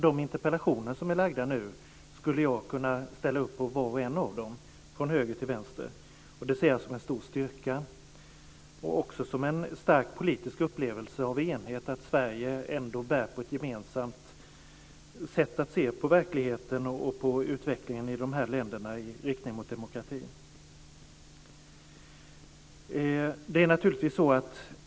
Jag skulle kunna ställa upp på var och en av de interpellationer som har väckts här - från höger till vänster. Det ser jag som en stor styrka, och jag ser en stark politisk upplevelse av enighet, dvs. att Sverige bär på ett gemensamt sätt att se på verkligheten och på utvecklingen i länderna i riktning mot demokrati.